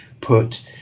put